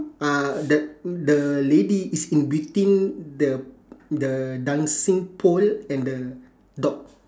uh the the lady is in between the the dancing pole and the dog